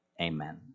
Amen